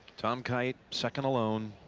tom kite. second alone